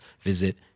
visit